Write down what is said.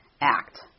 Act